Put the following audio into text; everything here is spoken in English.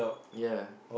ya